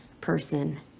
person